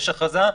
יש הכרזה,